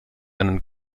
einen